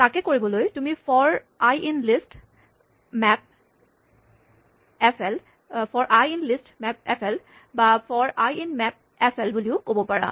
তাকে কৰিবলৈ তুমি for I in list map F L বা for I in map F L বুলি ক'ব পাৰা